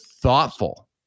thoughtful